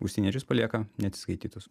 užsieniečius palieka neatsiskaitytus